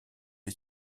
est